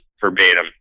verbatim